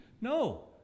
No